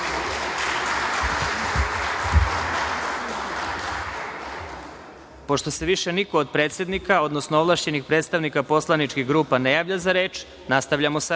Pošto se više niko od predsednika, odnosno ovlašćenih predstavnika poslaničkih grupa ne javlja za reč, nastavljamo sa